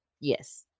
Yes